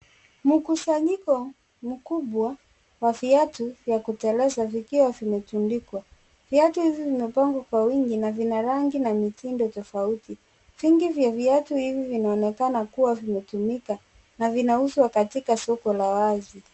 Mkusanyiko mkubwa wa viatu vya kuteleza vikiwa vimetundikwa viatu hivi vimepengwa na vina rang na mtindo tofauti na vinauzwa katika soko la wazi.